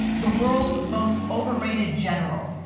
the world's most overrated general.